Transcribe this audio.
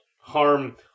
harm